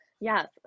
Yes